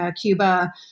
Cuba